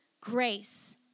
grace